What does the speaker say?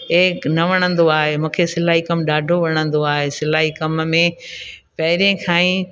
इहे हिक न वणंदो आहे मूंखे सिलाई कमु ॾाढो वणंदो आहे सिलाई कमु में पहिरें खां ई